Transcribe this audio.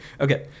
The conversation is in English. Okay